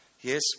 Yes